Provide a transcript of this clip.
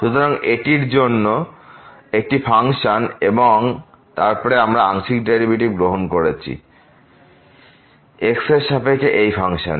সুতরাং এটি অন্য একটি ফাংশন এবং তারপরে আমরা আংশিক ডেরিভেটিভ গ্রহণ করছি x এর সাপেক্ষে এই ফাংশনের